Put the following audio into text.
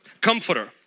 Comforter